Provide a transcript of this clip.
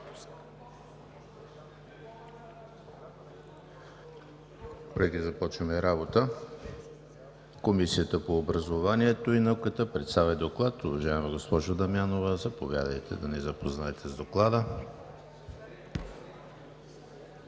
И НАЦИЯТА. Комисията по образованието и наука представя Доклад. Уважаема госпожо Дамянова, заповядайте да ни запознаете с Доклада.